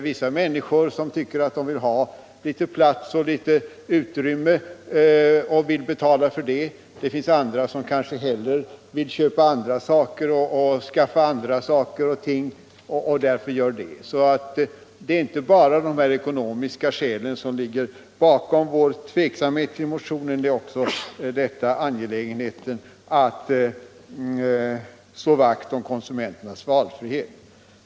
Vissa människor tycker att de vill ha litet mera utrymme på resan och är villiga att betala för det. Det finns andra som hellre vill skaffa sig saker och ting och därför gör det. Det är inte bara de ekonomiska skälen som ligger bakom vår tveksamhet till motionen, utan det är också angelägenheten att slå vakt om konsumenternas valfrihet.